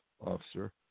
officer